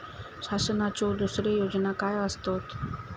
शासनाचो दुसरे योजना काय आसतत?